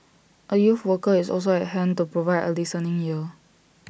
A youth worker is also at hand to provide A listening ear